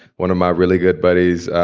one of my really good buddies,